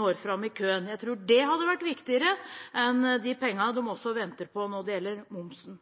når fram i køen. Jeg tror at det hadde vært viktigere enn de pengene de også venter på når det gjelder momsen.